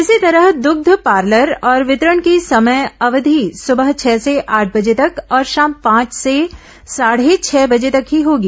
इसी तरह दुग्ध पार्लर और वितरण की समय अवधि सुबह छह से आठ बजे तक और शाम पांच से साढे छह बजे तक ही होगी